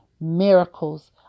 miracles